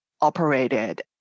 operated